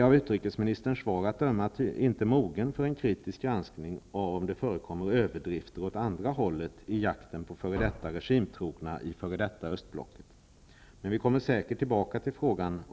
Av utrikesministerns svar att döma är tiden inte mogen för en kritisk granskning av om det förekommer överdrifter åt andra hållet i jakten på f.d. regimtrogna i f.d. östblocket. Vi kommer säkert tillbaka till frågan.